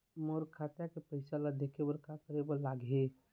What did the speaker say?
मोर खाता के पैसा ला देखे बर का करे ले लागही?